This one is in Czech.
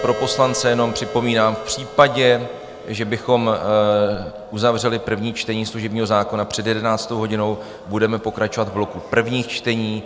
Pro poslance jenom připomínám, v případě, že bychom uzavřeli první čtení služebního zákona před 11. hodinou, budeme pokračovat v bloku prvních čtení.